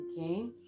okay